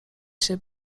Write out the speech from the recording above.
się